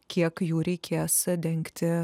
kiek jų reikės dengti